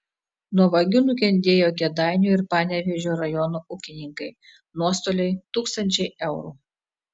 nuo vagių nukentėjo kėdainių ir panevėžio rajonų ūkininkai nuostoliai tūkstančiai eurų